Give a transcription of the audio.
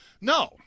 No